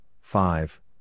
five